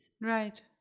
Right